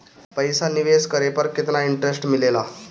पईसा निवेश करे पर केतना इंटरेस्ट मिलेला?